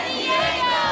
Diego